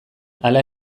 hala